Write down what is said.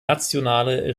nationale